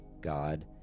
God